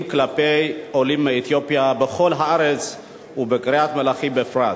כלפי עולים מאתיופיה בכל הארץ ובקריית-מלאכי בפרט.